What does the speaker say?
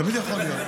תמיד יכול להיות.